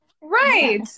Right